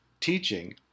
teaching